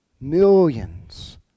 millions